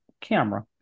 camera